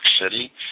City